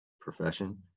profession